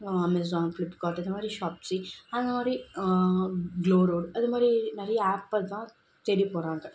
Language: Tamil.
அமேசான் ஃப்ளிப்காட் இதுமாதிரி ஷாப்ஸி அந்தமாதிரி க்ளோ ரோட் அதுமாதிரி நிறைய ஆப்பைதான் தேடி போகிறாங்க